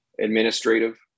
administrative